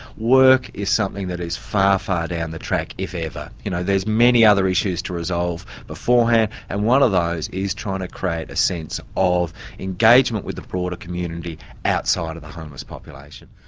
work is something that is far, far down the track, if ever. you know there're many other issues to resolve beforehand and one of those is trying to create a sense of engagement with the broader community outside of the homeless population.